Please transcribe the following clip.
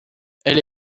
elle